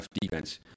defense